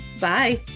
bye